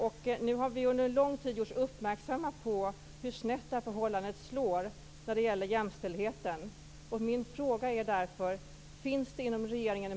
Nu har vi under en lång tid gjorts uppmärksamma på hur snett det här förhållandet slår när det gäller jämställdheten.